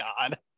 god